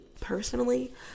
personally